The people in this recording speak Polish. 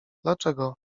dlaczego